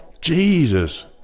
Jesus